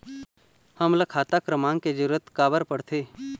हमन ला खाता क्रमांक के जरूरत का बर पड़थे?